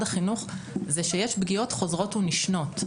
החינוך זה שיש פגיעות חוזרות ונשנות,